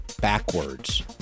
backwards